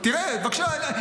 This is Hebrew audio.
תראה, בבקשה.